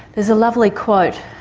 there's a lovely quote,